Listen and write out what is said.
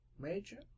Major